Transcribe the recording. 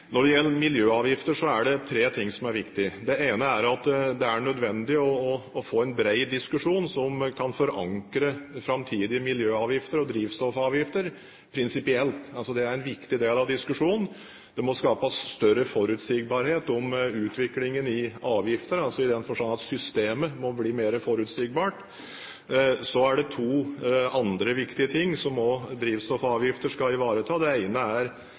Når det gjelder miljøavgifter, er det tre ting som er viktig. Det ene er at det er nødvendig å få en bred diskusjon som kan forankre framtidige miljøavgifter og drivstoffavgifter prinsipielt. Det er en viktig del av diskusjonen. Det må skapes større forutsigbarhet om utviklingen i avgifter, i den forstand at systemet må bli mer forutsigbart. Så er det to andre viktige ting som også drivstoffavgifter skal ivareta. Det ene er